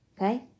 Okay